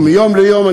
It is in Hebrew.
ומיום ליום,